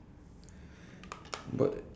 eh ya sure ya